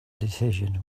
decision